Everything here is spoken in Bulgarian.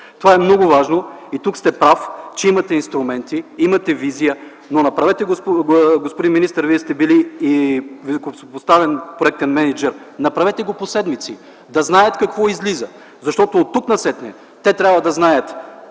Това е много важно и тук сте прав, че имате инструменти, имате визия. Господин министър, Вие сте били и високопоставен проектен мениджър – направете го по седмици – да знаят какво излиза, защото оттук-нататък те трябва да знаят